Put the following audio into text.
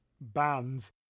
bands